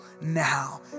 now